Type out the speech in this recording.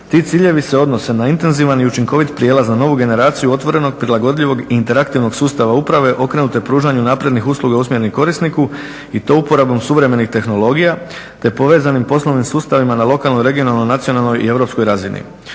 Ti ciljevi se odnose na intenzivan i učinkovit prijelaz, na novu generaciju otvornog, prilagodljivog, interaktivnog sustava uprave okrenute pružanju naprednih usluga usmjerenih korisniku i to uporabom suvremenih tehnologija te povezanim poslovnim sustavima na lokalnoj, regionalnoj i nacionalnoj i europskoj razini.